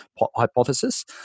hypothesis